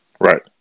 Right